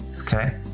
Okay